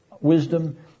wisdom